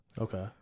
okay